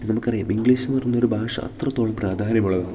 നമുക്കറിയാം ഇംഗ്ലീഷെന്നു പറഞ്ഞൊരു ഭാഷ അത്രത്തോളം പ്രാധാന്യമുള്ളതാണ്